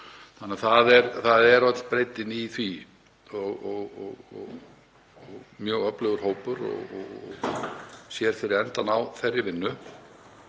þannig að það er öll breiddin í því og mjög öflugur hópur og sér fyrir endann á þeirri vinnu.